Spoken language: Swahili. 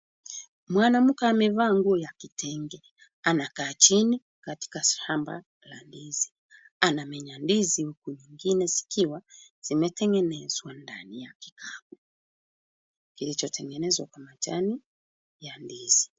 Mwanamke amevaa nguo ya kitenge. Anakaa chini katika shamba la ndizi. Anamenya ndizi huku nyingine zikiwa zimetengenezwa ndani ya kikapu kilichotengenezwa kwa majani ya ndizi.